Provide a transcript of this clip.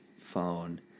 phone